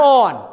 on